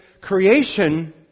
creation